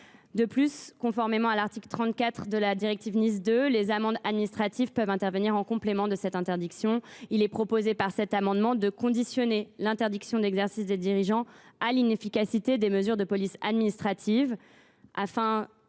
De plus, conformément à l’article 34 de la directive NIS 2, les amendes administratives peuvent intervenir en complément de l’interdiction d’exercer. Cet amendement vise donc à conditionner l’interdiction d’exercer des dirigeants à l’inefficacité des mesures de police administratives,